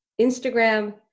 Instagram